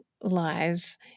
lies